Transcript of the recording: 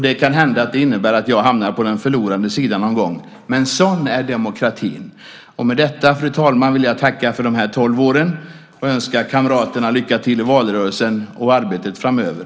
Det kan hända att det innebär att jag hamnar på den förlorande sidan någon gång, men sådan är demokratin. Med detta, fru talman, vill jag tacka för de här tolv åren och önska kamraterna och fru talman lycka till i valrörelsen och arbetet framöver.